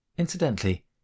Incidentally